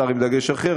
שר עם דגש אחר,